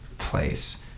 place